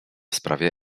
sprawie